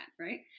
right